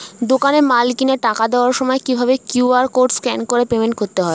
দোকানে মাল কিনে টাকা দেওয়ার সময় কিভাবে কিউ.আর কোড স্ক্যান করে পেমেন্ট করতে হয়?